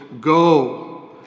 go